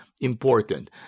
important